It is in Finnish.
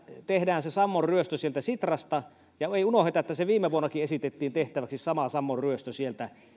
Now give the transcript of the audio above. tehdään se sammon ryöstö sieltä sitrasta ja unohdetaan että viime vuonnakin esitettiin tehtäväksi sama sammon ryöstö sieltä